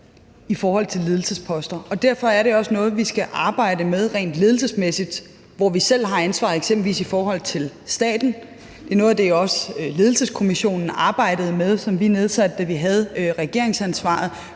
i forhold til ledelsesposter, og derfor er det også noget, vi skal arbejde med rent ledelsesmæssigt, hvor vi selv har ansvaret, eksempelvis i forhold til staten. Det var også noget af det, som Ledelseskommissionen, som vi nedsatte, da vi havde regeringsansvaret,